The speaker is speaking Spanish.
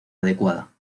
adecuada